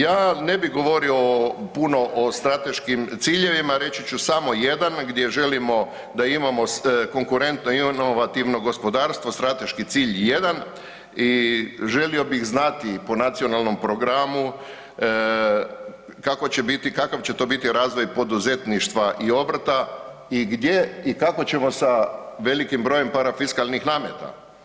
Ja ne bi govorio puno o strateškim ciljevima, reći ću samo 1 gdje želimo da imamo konkurentno inovativno gospodarstvo, strateški cilj 1 i želio bih znati po nacionalnom programu, kakav će to biti razvoj poduzetništva i obrta i gdje i kako ćemo sa velikim brojem parafiskalnih nameta.